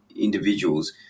individuals